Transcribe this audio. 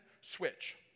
switch